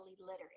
literate